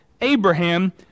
Abraham